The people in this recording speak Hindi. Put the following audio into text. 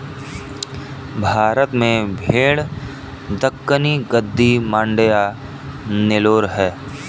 भारत में भेड़ दक्कनी, गद्दी, मांड्या, नेलोर है